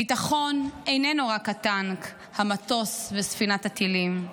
ביטחון איננו רק הטנק, המטוס וספינת הטילים,